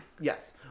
Yes